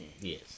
yes